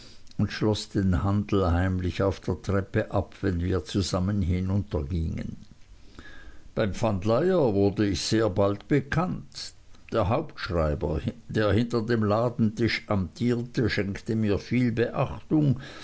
und schloß den handel heimlich auf der treppe ab wenn wir zusammen hinuntergingen beim pfandleiher wurde ich bald sehr bekannt der hauptschreiber der hinter dem ladentisch amtierte schenkte mir viel beachtung